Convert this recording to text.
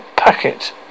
packet